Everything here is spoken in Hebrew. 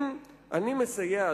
אם אני מסייע,